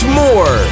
more